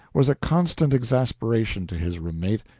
was a constant exasperation to his room-mate,